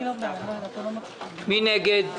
מי נגד,